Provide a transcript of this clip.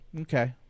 okay